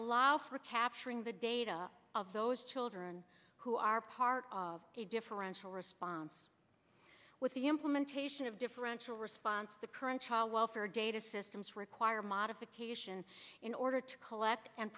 allow for capturing the data of those children who are part of a differential response with the implementation of differential response the current child welfare data systems require modification in order to collect and